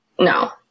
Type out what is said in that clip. No